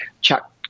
Chuck